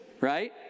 right